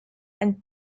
and